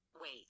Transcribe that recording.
Wait